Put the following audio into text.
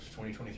2023